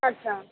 अच्छा